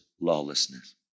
lawlessness